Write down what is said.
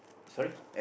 sorry